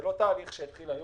זה לא תהליך שהתחיל היום,